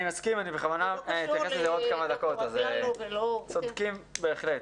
אני מסכים, אתם צודקים בהחלט.